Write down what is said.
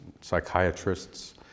psychiatrists